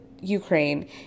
Ukraine